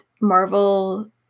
marvel